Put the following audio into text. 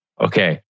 Okay